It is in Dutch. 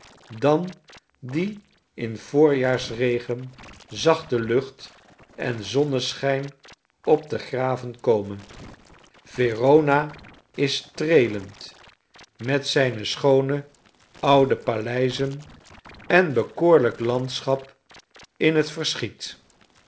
dan die in voorjaarsregen zachte lucht en zonneschijn op de graven komen verona is streelend met zijne schoone tafebeelen uit italte oude paleizen en bekoorlijk landschap in het verschiet